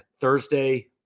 Thursday